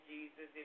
Jesus